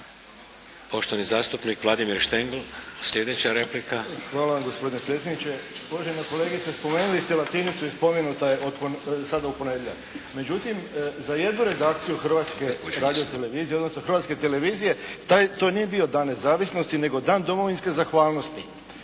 Poštovani zastupnik Vladimir Štengl slijedeća replika. **Štengl, Vladimir (HDZ)** Hvala vam gospodine predsjedniče. Uvažena kolegice, spomenuli ste "Latinicu" i spomenuta je sada u ponedjeljak. Međutim, za jednu redakciju Hrvatske radio-televizije odnosno Hrvatske televizije to nije bio Dan nezavisnosti nego Dan domovinske zahvalnosti.